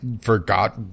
forgot